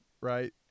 right